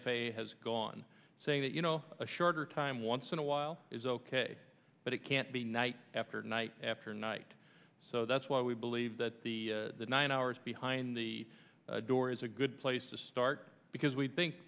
a a has gone saying that you know a shorter time once in a while is ok but it can't be night after night after night so that's why we believe that the nine hours behind the door is a good place to start because we think